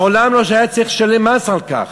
מעולם לא היה צריך לשלם מס על כך.